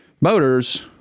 motors